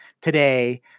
today